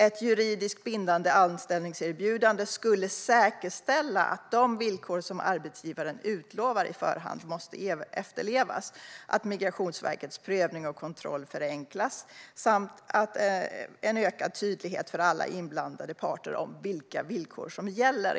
Ett juridiskt bindande anställningserbjudande skulle säkerställa att de villkor som arbetsgivaren utlovar på förhand måste efterlevas och att Migrationsverkets prövning och kontroll förenklas samt säkerställa ökad tydlighet för alla inblandade parter om vilka villkor som gäller.